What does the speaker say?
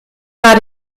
war